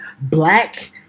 black